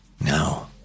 Now